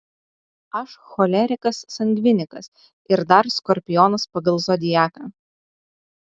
aš cholerikas sangvinikas ir dar skorpionas pagal zodiaką